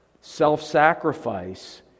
self-sacrifice